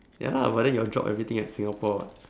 ya lah but then your job everything at Singapore [what]